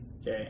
Okay